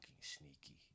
sneaky